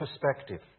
perspective